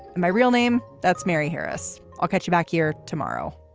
my real name. that's mary harris. i'll catch you back here tomorrow